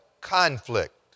conflict